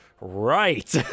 right